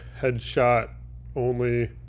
headshot-only